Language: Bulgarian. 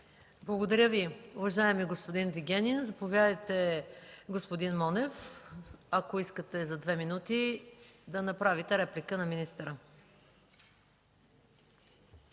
Благодаря Ви, уважаеми господин Вигенин. Заповядайте, господин Монев, ако искате в рамките на две минути да направите реплика на министъра.